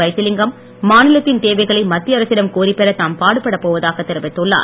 வைத்திலிங்கம் மாநிலத்தின் தேவைகளை மத்திய அரசிடம் கோரிப் பெற தாம் பாடுபடப் போவதாக தெரிவித்துள்ளார்